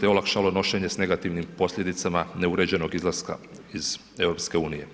te olakšalo nošenje s negativnim posljedicama neuređenog izlaska iz EU.